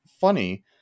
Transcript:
funny